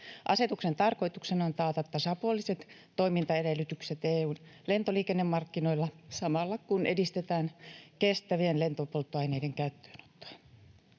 Asetuksen tarkoituksena on taata tasapuoliset toimintaedellytykset EU:n lentoliikennemarkkinoilla samalla, kun edistetään kestävien lentopolttoaineiden käyttöönottoa.